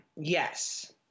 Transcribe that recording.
yes